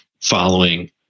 following